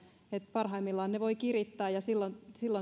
parhaimmillaan ne voivat kirittää ja silloin